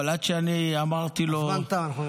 אבל עד שאני אמרתי לו --- הזמן תם,